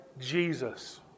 Jesus